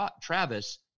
Travis